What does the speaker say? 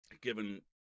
given